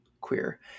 queer